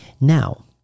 Now